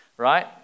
Right